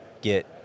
get